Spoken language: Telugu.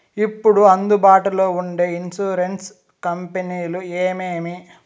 ఇప్పుడు అందుబాటులో ఉండే ఇన్సూరెన్సు కంపెనీలు ఏమేమి?